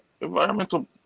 environmental